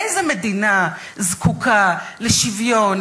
איזו מדינה זקוקה לשוויון,